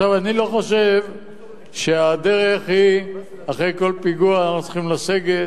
אני לא חושב שהדרך היא שאחרי כל פיגוע אנחנו צריכים לסגת,